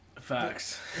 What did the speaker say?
Facts